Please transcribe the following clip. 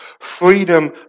Freedom